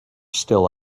still